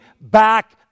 back